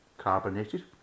carbonated